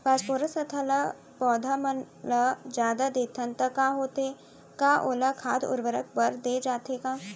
Phosphorus तथा ल पौधा मन ल जादा देथन त का होथे हे, का ओला खाद उर्वरक बर दे जाथे का?